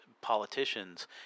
politicians